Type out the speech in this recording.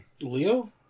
Leo